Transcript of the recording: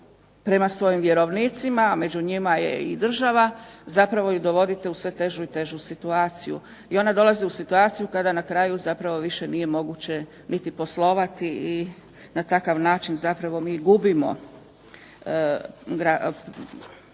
prema svojim vjerovnicima, među njima je i država, zapravo ju dovodite sve težu i težu situaciju, i ona dolazi u situaciju kada na kraju više nije moguće poslovati, na takav način zapravo mi gubimo